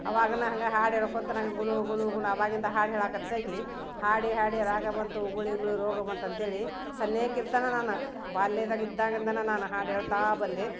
ಅವಾಗನ ಹಂಗೆ ಹಾಡು ಹೇಳ್ಕೊಳ್ತಾ ನಾನು ಗುನು ಗುನು ಗುನು ಅವಾಗಿಂದ ಹಾಡು ಹೇಳಾಕತ್ತಗಿ ಹಾಡಿ ಹಾಡಿ ರಾಗ ಬಂತು ಉಗುಳಿ ಉಗುಳಿ ರೋಗ ಬಂತು ಅಂತೇಳಿ ಸಣ್ಯೇಕಿರ್ತನ ನಾನು ಬಾಲ್ಯದಾಗ ಇದ್ದಾಗಿಂದನ ನಾನು ಹಾಡು ಹೇಳ್ತಾ ಬಂದೆ